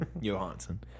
Johansson